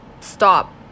stop